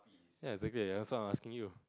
ya exactly answer asking you